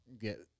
get